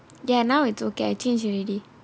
ya now it's okay I change already